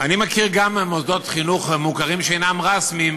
אני מכיר כמה מוסדות חינוך מוכרים שאינם רשמיים